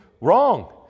wrong